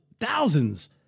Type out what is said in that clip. thousands